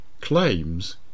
claims